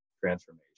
transformation